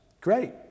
Great